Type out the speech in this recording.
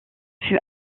fut